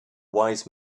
wise